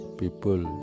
people